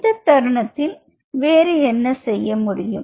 இந்த தருணத்தில் வேறு என்ன செய்ய முடியும்